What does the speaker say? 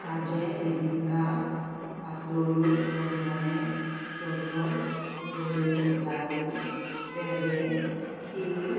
खाजें बिबिंका पातोळ्यो मणेगणें दोदोल नेवऱ्यो लाडू पेडे खीर